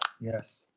Yes